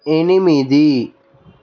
ఎనిమిది